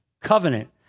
covenant